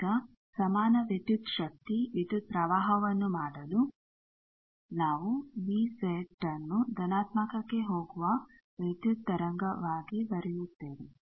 ಈಗ ಸಮಾನ ವಿದ್ಯುತ್ ಶಕ್ತಿ ವಿದ್ಯುತ್ ಪ್ರವಾಹವನ್ನು ಮಾಡಲು ನಾವು ವಿ ಜೆಡ್ V ನ್ನು ಧನಾತ್ಮಕಕ್ಕೆ ಹೋಗುವ ವಿದ್ಯುತ್ ತರಂಗವಾಗಿ ಬರೆಯುತ್ತೇವೆ